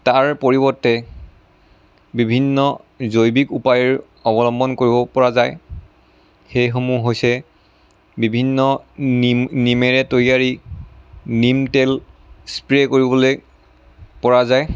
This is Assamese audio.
তাৰ পৰিৱৰ্তে বিভিন্ন জৈৱিক উপায়ৰ অৱলম্বন কৰিব পৰা যায় সেইসমূহ হৈছে বিভিন্ন নিম নিমেৰে তৈয়াৰী নিম তেল স্প্ৰে কৰিবলৈ পৰা যায়